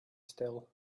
still